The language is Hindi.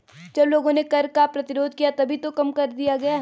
जब लोगों ने कर का प्रतिरोध किया तभी तो कर कम किया गया